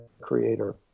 creator